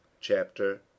Chapter